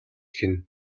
гэнэ